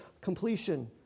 completion